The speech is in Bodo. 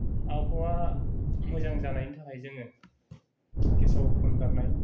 आबहावा मोजां जानायनि थाखाय जोङो गेसाव गोफोन गारनाय